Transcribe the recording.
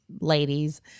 ladies